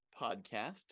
podcast